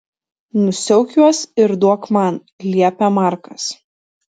nusiauk juos ir duok man liepia markas